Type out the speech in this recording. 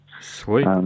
Sweet